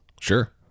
sure